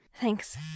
Thanks